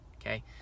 Okay